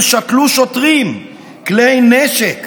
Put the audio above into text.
שבהם שתלו שוטרים כלי נשק